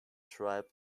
tribe